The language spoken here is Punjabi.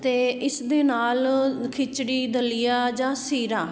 ਅਤੇ ਇਸਦੇ ਨਾਲ ਖਿਚੜੀ ਦਲੀਆ ਜਾਂ ਸੀਰਾ